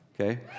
Okay